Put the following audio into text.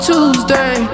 Tuesday